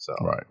Right